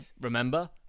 Remember